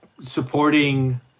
supporting